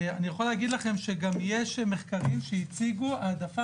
אני יכול להגיד לכם שגם יש מחקרים שהציגו העדפה